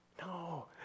No